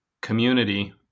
community